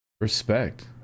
Respect